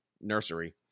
nursery